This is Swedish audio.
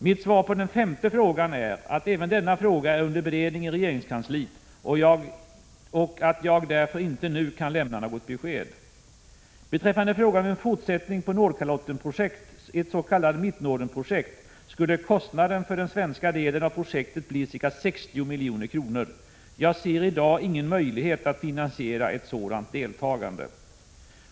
Mitt svar på den femte frågan är att även denna fråga är under beredning i regeringskansliet och att jag därför inte nu kan lämna något besked. Beträffande frågan om en fortsättning på Nordkalottprojektet, ett s.k. Mittnordenprojekt, skulle kostnaden för den svenska delen av projektet bli ca 60 milj.kr. Jag ser i dag ingen möjlighet att finansiera ett sådant deltagande.